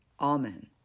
Amen